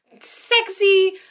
sexy